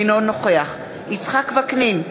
אינו נוכח יצחק וקנין,